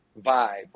vibe